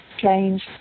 change